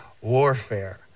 warfare